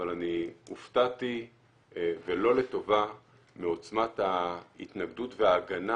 אבל אני הופתעתי ולא לטובה מעוצמת ההתנגדות וההגנה